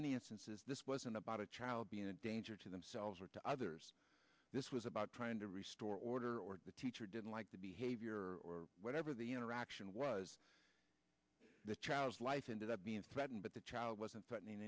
many instances this wasn't about a child being a danger to themselves or to others this was about trying to restore order or the teacher didn't like the behavioral or whatever the interaction was the child's life ended up being threatened but the child wasn't threatening